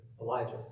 Elijah